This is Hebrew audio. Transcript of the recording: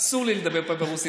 אסור לי לדבר פה ברוסית,